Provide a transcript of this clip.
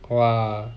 !wah!